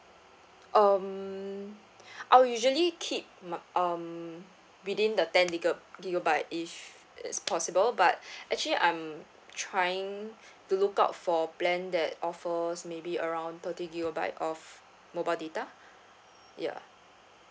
um I will usually keep my um within the ten giga gigabyte if it's possible but actually I'm trying to look out for plan that offers maybe around thirty gigabyte of mobile data ya